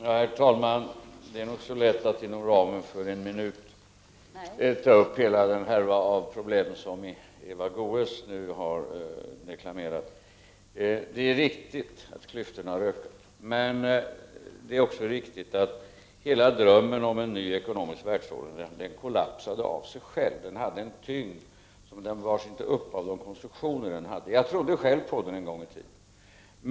Herr talman! Det är inte så lätt att på en minut ta upp hela den härva av problem som Eva Goés har deklamerat. Det är riktigt att klyftorna har ökat, men det är också riktigt att drömmen om en ny ekonomisk världsordning kollapsade av sig själv. Den hade en tyngd och bars inte upp av sin konstruktion. Jag trodde själv på den en gång i tiden.